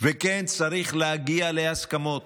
וכן צריך להגיע להסכמות.